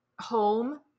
home